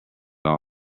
all